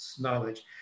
knowledge